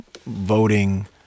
voting